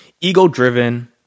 ego-driven